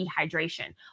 dehydration